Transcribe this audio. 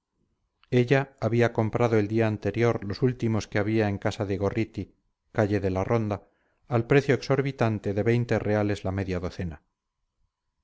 ella había comprado el día anterior los últimos que había en casa de gorriti calle de la ronda al precio exorbitante de veinte reales la media docena